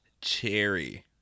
Cherry